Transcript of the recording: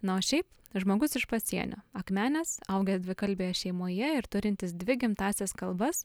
na o šiaip žmogus iš pasienio akmenės augęs dvikalbėje šeimoje ir turintis dvi gimtąsias kalbas